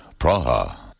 Praha